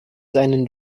seinen